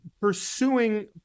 pursuing